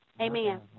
Amen